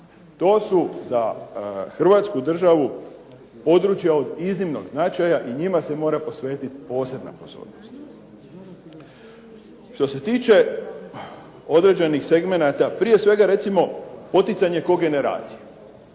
To su za hrvatsku državu područja od iznimnog značaja i njima se mora posvetiti posebna pozornost. Što se tiče određenih segmenata, prije svega recimo poticanje kogeneracije.